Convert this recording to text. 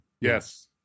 Yes